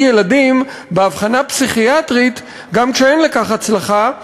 ילדים באבחנה פסיכיאטרית גם כשאין לכך הצדקה,